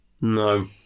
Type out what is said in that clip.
No